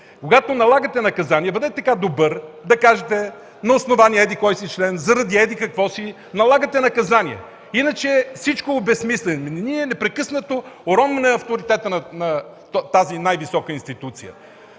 Когато налагате наказание, бъдете така добър да кажете: „На основание еди-кой си член, заради еди-какво си” налагате наказание. Иначе всичко е обезсмислено. Ние непрекъснато уронваме авторитета на тази най-висока институция.